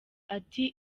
ati